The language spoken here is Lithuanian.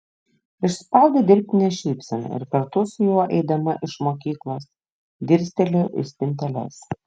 išspaudė dirbtinę šypseną ir kartu su juo eidama iš mokyklos dirstelėjo į spinteles